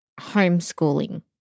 Homeschooling